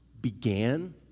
began